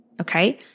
Okay